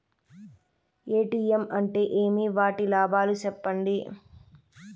ATM అంటే ఏమి? వాటి లాభాలు సెప్పండి